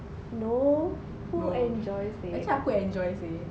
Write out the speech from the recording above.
no who enjoy seh